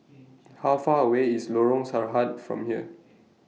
How Far away IS Lorong Sarhad from here